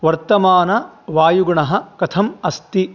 वर्तमानवायुगुणः कथम् अस्ति